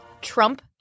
Trump